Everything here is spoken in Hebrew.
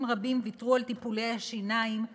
רבים ויתרו על טיפולי השיניים לילדיהם,